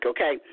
Okay